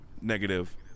negative